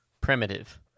Primitive